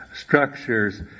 structures